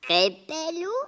kaip pelių